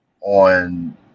on